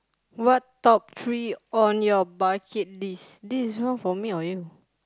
what top three on your budget list this is not for me or you